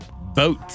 Boat